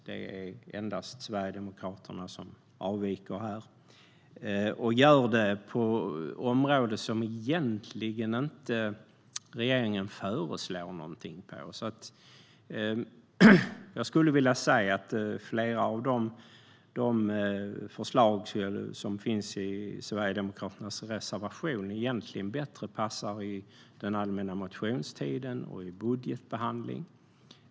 Det är endast Sverigedemokraterna som har en avvikande mening, och de har det på områden som regeringen egentligen inte föreslår någonting på. Jag menar att flera av de förslag som finns i Sverigedemokraternas reservation passar bättre under allmänna motionstiden och i budgetbehandlingen.